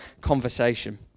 conversation